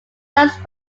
first